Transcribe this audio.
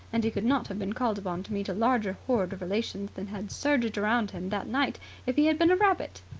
and he could not have been called upon to meet a larger horde of relations than had surged round him that night if he had been a rabbit.